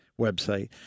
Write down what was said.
website